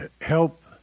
help